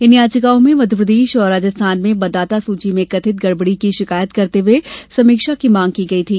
इन याचिकाओं में मध्यप्रदेश और राजस्थान में मतदाता सूची में कथित गड़बड़ी की शिकायत करते हुए समीक्षा की मांग की गई थी